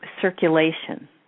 circulation